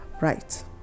Right